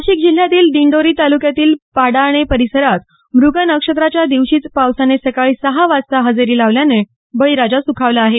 नाशिक जिल्ह्यातील दिंडोरी तालुक्यातील पांडाणे परिसरात मृग नक्षत्राच्या दिवसीच पावसाने सकाळी सहा वाजता हजेरी लावल्याने बळीराजा सुखावला आहे